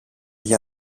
για